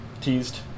teased